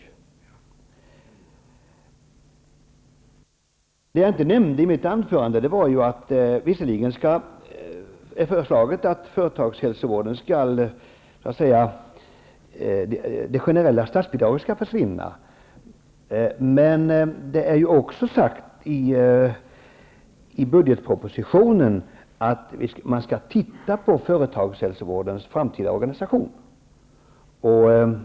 Visserligen är det föreslaget att det generella statsbidraget till företagshälsovården skall försvinna, men vad jag inte nämnde i mitt huvudanförande var att det också är sagt i budgetpropositionen att man skall titta på företagshälsovårdens framtida organisation.